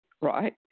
right